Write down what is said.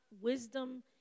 wisdom